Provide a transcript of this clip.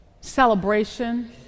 celebration